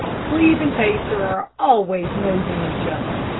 cleve and pacer are always nosing each other.